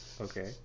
Okay